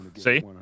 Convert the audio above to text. See